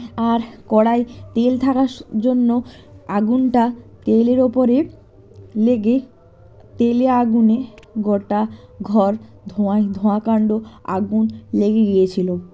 আর করায় তেল থাকার স জন্য আগুনটা তেলের ওপরে লেগে তেলে আগুনে গোটা ঘর ধোঁয়ায় ধোঁয়া কান্ড আগুন লেগে গিয়েছিলো